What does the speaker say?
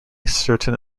certain